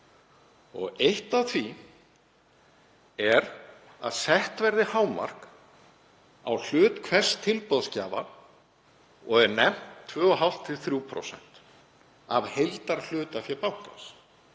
Eitt af því er að sett verði hámark á hlut hvers tilboðsgjafa, og er nefnt 2,5–3% af heildarhlutafé bankans.